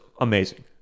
amazing